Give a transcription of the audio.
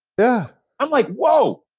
yeah i'm like, woah.